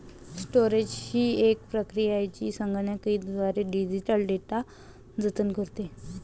storage ही एक प्रक्रिया आहे जी संगणकीयद्वारे डिजिटल डेटा जतन करते